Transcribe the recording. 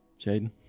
Jaden